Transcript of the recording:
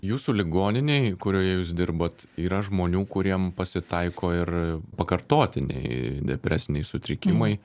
jūsų ligoninėj kurioje jūs dirbat yra žmonių kuriem pasitaiko ir pakartotiniai depresiniai sutrikimai